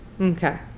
okay